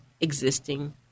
existing